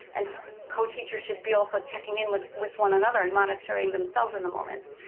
and co-teachers should be also checking in with with one another, and monitoring themselves in the moments.